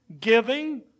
giving